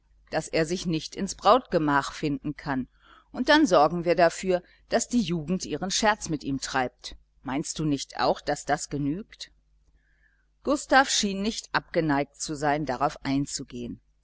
daß er sich nicht ins brautgemach finden kann und dann sorgen wir dafür daß die jugend ihren scherz mit ihm treibt meinst du nicht auch daß das genügt gustav schien nicht abgeneigt zu sein darauf einzugehen